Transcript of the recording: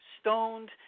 stoned